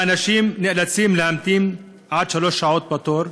והאנשים נאלצים להמתין עד שלוש שעות בתור.